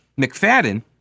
McFadden